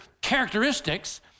characteristics